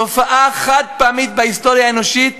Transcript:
תופעה חד-פעמית בהיסטוריה האנושית,